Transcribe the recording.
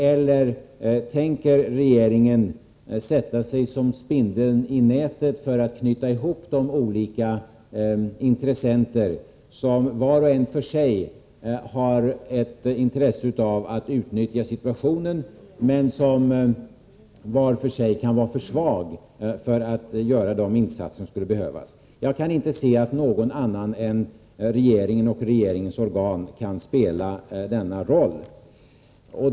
Eller tänker regeringen sätta sig som spindeln i nätet för att knyta ihop de olika intressenter som var för sig har ett intresse av att utnyttja situationen men som var för sig kan vara för svag för att göra de insatser som skulle behövas? Jag kan inte se att någon annan än regeringen och regeringens organ kan spela den rollen.